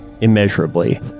immeasurably